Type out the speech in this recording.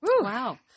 Wow